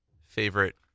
favorite